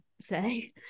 say